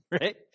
right